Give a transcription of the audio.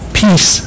peace